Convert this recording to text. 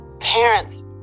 parents